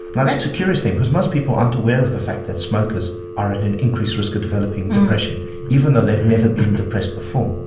now that's a curious thing because most people aren't aware of the fact that smokers are at increased risk of developing depression even though they've never been depressed before.